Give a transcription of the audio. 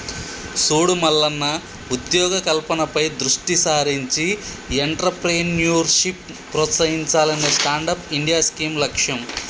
సూడు మల్లన్న ఉద్యోగ కల్పనపై దృష్టి సారించి ఎంట్రప్రేన్యూర్షిప్ ప్రోత్సహించాలనే స్టాండప్ ఇండియా స్కీం లక్ష్యం